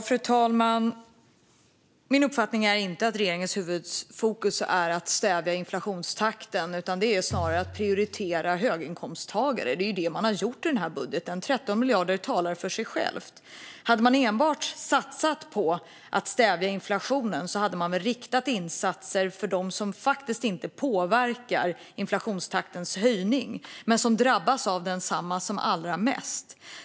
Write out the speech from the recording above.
Fru talman! Min uppfattning är inte att regeringens huvudfokus är att stävja inflationstakten utan att det snarare är att prioritera höginkomsttagare. Det är det som man har gjort i denna budget. 13 miljarder kronor talar för sig själva. Hade man enbart satsat på att stävja inflationen hade man väl riktat insatser till dem som faktiskt inte påverkar inflationstaktens höjning men som drabbas av densamma som allra mest.